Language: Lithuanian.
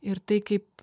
ir tai kaip